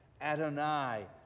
Adonai